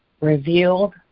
revealed